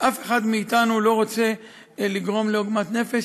אף אחד מאתנו לא רוצה לגרום לעוגמת נפש.